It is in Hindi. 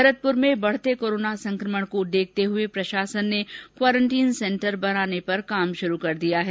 भरतपुर में बढ़ते कोरोना संकमण को देखते हुये प्रशासन ने क्वारेन्टीन सेन्टर बनाने पर काम शुरू कर दिया गया है